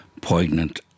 poignant